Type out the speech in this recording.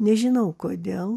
nežinau kodėl